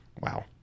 Wow